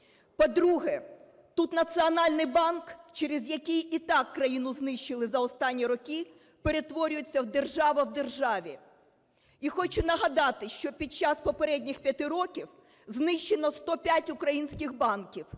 По-друге, тут Національний банк, через який і так країну знищили за останні роки, перетворюється держава в державі. І хочу нагадати, що під час попередніх 5 років знищено 105 українських банків,